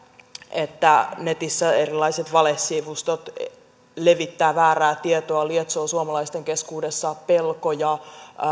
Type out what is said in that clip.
että netissä erilaiset valesivustot levittävät väärää tietoa lietsovat suomalaisten keskuudessa pelkoja